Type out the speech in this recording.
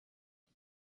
die